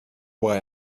why